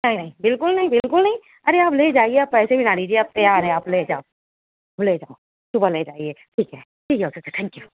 نہیں نہیں بالکل نہیں بالکل نہیں ارے آپ لے جائیے آپ پیسے بھی نہ دیجیے آپ تیار ہے آپ لے جاؤ لے جاؤ صبح لے جائیے ٹھیک ہے ٹھیک ہے اوکے اوکے تھینک یو